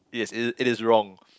it is it is wrong